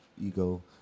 ego